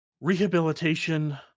rehabilitation